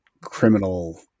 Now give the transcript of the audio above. criminal